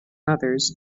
others